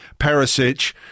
Perisic